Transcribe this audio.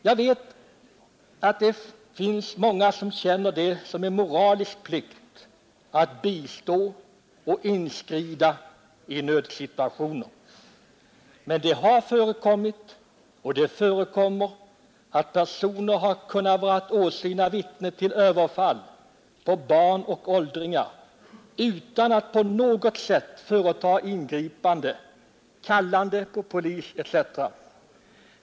Jag vet att det finns många som känner det som en moralisk plikt att bistå och inskrida i Nr 121 nödsituationer. Men det har förekommit att personer varit åsyna vittnen Torsdagen den till överfall på barn och åldringar utan att på något sätt ingripa — kalla på 4 november 1971 polis etc.